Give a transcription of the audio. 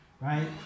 right